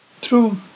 True